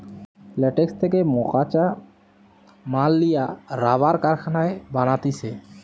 latex থেকে মকাঁচা মাল লিয়া রাবার কারখানায় বানাতিছে